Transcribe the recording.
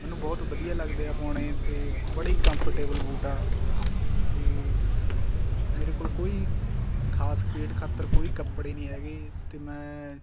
ਮੈਨੂੰ ਬਹੁਤ ਵਧੀਆ ਲੱਗਦੇ ਆ ਪਾਉਣੇ ਅਤੇ ਬੜੇ ਹੀ ਕੰਫਰਟੇਬਲ ਬੂਟ ਆ ਅਤੇ ਮੇਰੇ ਕੋਲ ਕੋਈ ਖਾਸ ਖੇਡ ਖ਼ਾਤਰ ਕੋਈ ਕੱਪੜੇ ਨਹੀਂ ਹੈਗੇ ਅਤੇ ਮੈਂ